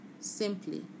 Simply